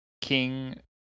King